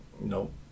Nope